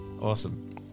Awesome